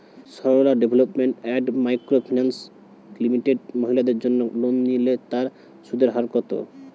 Sarala development and micro finance limited মহিলাদের জন্য loan নিলে তার সুদের হার কত?